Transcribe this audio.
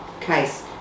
case